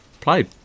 played